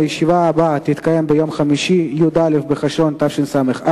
הישיבה הבאה תתקיים ביום חמישי, י"א בחשוון התש"ע,